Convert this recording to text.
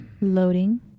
loading